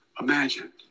Imagine